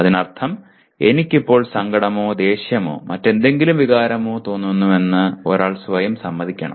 അതിനർത്ഥം എനിക്ക് ഇപ്പോൾ സങ്കടമോ ദേഷ്യമോ മറ്റേതെങ്കിലും വികാരമോ തോന്നുന്നുവെന്ന് ഒരാൾ സ്വയം സമ്മതിക്കണം